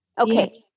okay